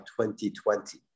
2020